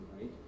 right